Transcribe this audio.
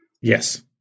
Yes